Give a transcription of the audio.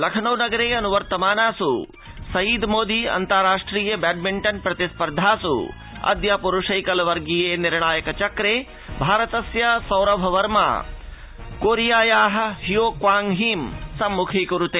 लखनउ नगरे अनुवर्तमानासू सईद मोदी अन्ताराष्ट्रिय बैडमिण्टन् प्रतिस्पर्धासू अद्य पुरुषैकल वर्गीये निर्णायक चक्रे भारतस्य सौरभ वर्मा कोरियाया हियो क्वांग् हीं संमुखीकुरुते